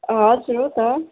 हजुर हो त